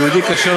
הוא כן פוקד.